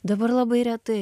dabar labai retai